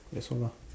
that's all lah